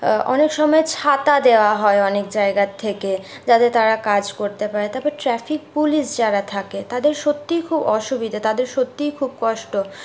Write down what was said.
অনেক সময় ছাতা দেওয়া হয় অনেক জায়গার থেকে যাতে তারা কাজ করতে পারে তারপর ট্র্যাফিক পুলিশ যারা থাকে তাদের সত্যিই খুব অসুবিধা তাদের সত্যিই খুব কষ্ট